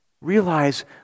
realize